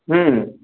হুম